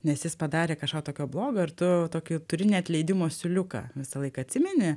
nes jis padarė kažką tokio blogo ir tu tokį turi neatleidimo siūliuką visąlaik atsimeni